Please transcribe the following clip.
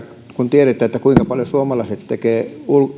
kun tiedetään kuinka paljon suomalaiset tekevät